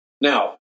Now